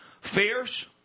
Fierce